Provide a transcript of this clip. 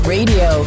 Radio